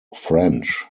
french